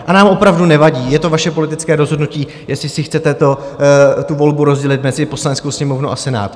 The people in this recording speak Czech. A nám opravdu nevadí, je to vaše politické rozhodnutí, jestli si chcete tu volbu rozdělit mezi Poslaneckou sněmovnu a Senát.